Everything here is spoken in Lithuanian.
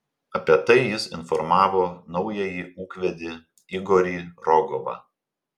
apie tai jis informavo naująjį ūkvedį igorį rogovą